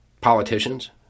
politicians